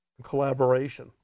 collaboration